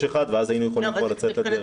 אחד ואז כבר היינו יכולים לצאת לדרך.